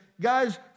guys